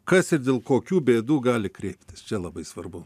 kas ir dėl kokių bėdų gali kreiptis čia labai svarbu